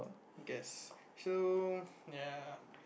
guess so ya